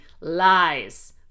Lies